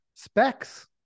Specs